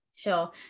Sure